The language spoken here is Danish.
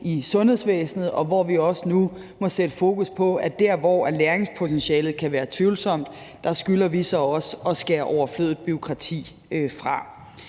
i sundhedsvæsenet, og hvor vi nu må sætte fokus på, at der, hvor læringspotentialet kan være tvivlsomt, skylder vi så også at skære overflødigt bureaukrati fra.